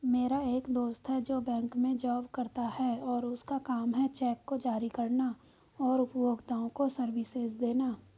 मेरा एक दोस्त है जो बैंक में जॉब करता है और उसका काम है चेक को जारी करना और उपभोक्ताओं को सर्विसेज देना